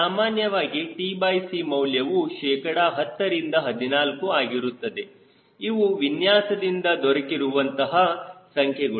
ಸಾಮಾನ್ಯವಾಗಿ tc ಮೌಲ್ಯವು ಶೇಕಡ 10 ರಿಂದ 14 ಆಗಿರುತ್ತದೆ ಇವು ವಿನ್ಯಾಸದಿಂದ ದೊರಕಿರುವ ಅಂತಹ ಸಂಖ್ಯೆಗಳು